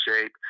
shape